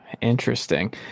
Interesting